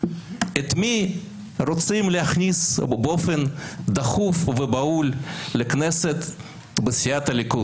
את מי רוצים להכניס באופן דחוף ובהול לכנסת בסיעת הליכוד.